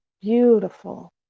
beautiful